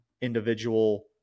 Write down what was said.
individual